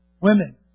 Women